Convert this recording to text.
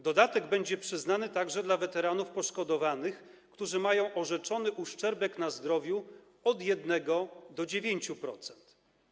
Dodatek będzie przyznany także weteranom poszkodowanym, którzy mają orzeczony uszczerbek na zdrowiu od 1 do 9%.